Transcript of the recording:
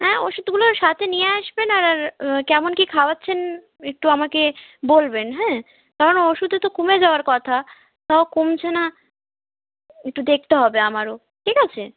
হ্যাঁ ওষুধগুলো সাথে নিয়ে আসবেন আর কেমন কী খাওয়াচ্ছেন একটু আমাকে বলবেন হ্যাঁ কারণ ওষুধে তো কমে যাওয়ার কথা তাও কমছে না একটু দেখতে হবে আমারও ঠিক আছে